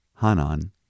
Hanan